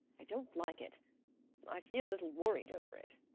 i don't like it i feel a little worried over it.